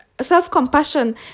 self-compassion